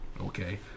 okay